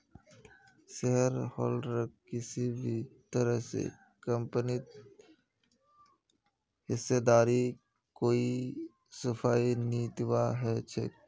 शेयरहोल्डरक किसी भी तरह स कम्पनीत हिस्सेदारीर कोई सफाई नी दीबा ह छेक